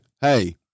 Hey